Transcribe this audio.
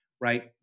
right